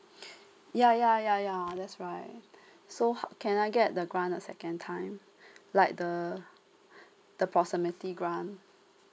yeah yeah yeah yeah that's right so can I get the grant a second time like the the proximity grant